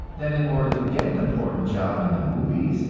that in order to get an important job in the movies,